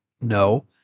no